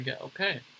Okay